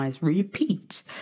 repeat